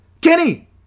Kenny